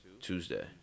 Tuesday